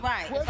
Right